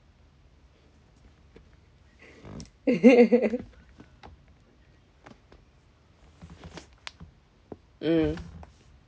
mm